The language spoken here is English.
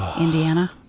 Indiana